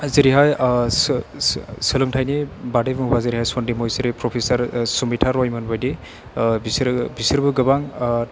जेरैहाय सोर सोलोंथाइनि बादै बुंब्ला जेरैहाय सन्दिप महेस्वरि प्रफेसार सुमिता रयमोनबायदि बिसोरबो बिसोरबो गोबां